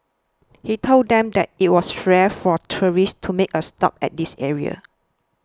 he told them that it was rare for tourists to make a stop at this area